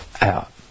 out